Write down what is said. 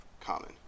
common